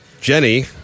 Jenny